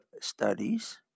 studies